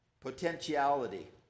potentiality